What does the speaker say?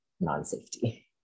non-safety